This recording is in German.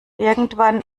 irgendwann